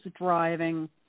driving